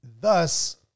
thus